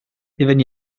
hufen